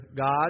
God